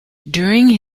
during